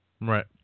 Right